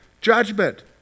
Judgment